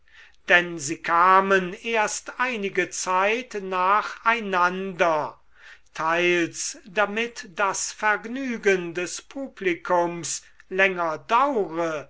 denn sie kamen erst einige zeit nach einander teils damit das vergnügen des publikums länger daure